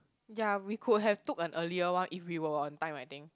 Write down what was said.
yea we could have took an earlier one if we were on time I think